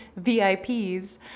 VIPs